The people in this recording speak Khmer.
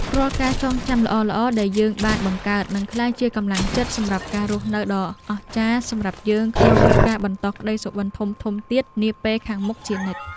រាល់ការចងចាំល្អៗដែលយើងបានបង្កើតនឹងក្លាយជាកម្លាំងចិត្តសម្រាប់ការរស់នៅដ៏អស្ចារ្យសម្រាប់យើងក្នុងការបន្តក្ដីសុបិនធំៗទៀតនាពេលខាងមុខជានិច្ច។